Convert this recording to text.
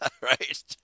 right